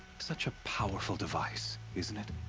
such a powerful device, isn't it.